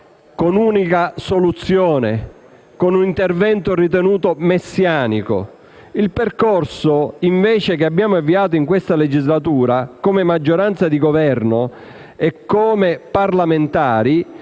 con un'unica soluzione, con un intervento ritenuto messianico. Quello che invece abbiamo avviato in questa legislatura come maggioranza di Governo e come parlamentari